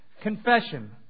Confession